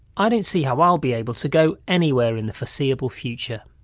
i don't see how i'll be able to go anywhere in the foreseeable future